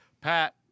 Pat